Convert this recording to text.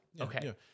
Okay